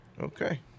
Okay